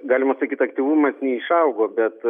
galima sakyt aktyvumas neišaugo bet